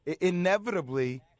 Inevitably